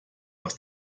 was